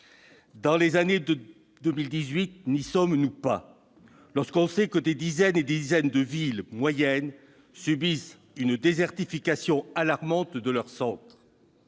En 2018, n'y sommes-nous pas, lorsque l'on sait que des dizaines et des dizaines de villes moyennes subissent une désertification alarmante de leur centre ?